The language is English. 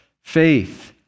faith